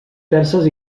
perses